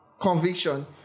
conviction